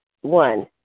One